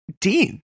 dean